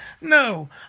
no